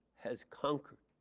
has conquered.